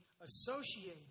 associated